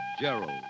Gerald